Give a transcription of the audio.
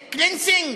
ethnic cleansing?